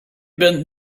bent